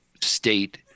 state